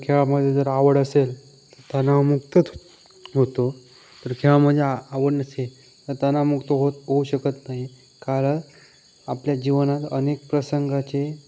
खेळामध्ये जर आवड असेल तणावमुक्तच होतो तर खेळ आवड नसे तर तणावमुक्त होत होऊ शकत नाही कारण आपल्या जीवनात अनेक प्रसंगाचे